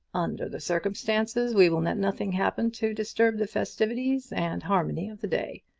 under the circumstances we will let nothing happen to disturb the festivities and harmony of the day.